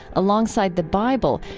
alongside the bible,